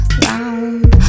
round